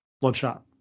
Bloodshot